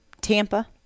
Tampa